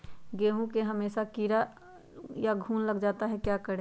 गेंहू में हमेसा कीड़ा या घुन लग जाता है क्या करें?